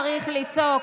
השרה גולן, לא צריך לצעוק.